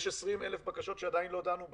יש 20,000 בקשות שעדיין לא דנו בהן.